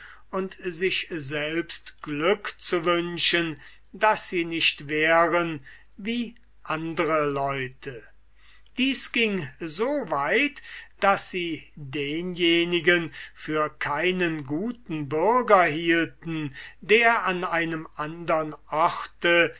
und sich selbst glück zu wünschen daß sie nicht wären wie andere leute dies ging so weit daß sie denjenigen für keinen guten bürger hielten der an einem andern orte